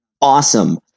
awesome